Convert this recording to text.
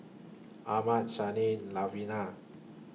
Armand Shanae Lavina